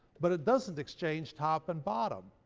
but it doesn't exchange top and bottom?